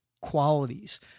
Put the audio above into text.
qualities